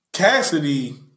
Cassidy